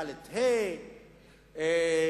ד' וה',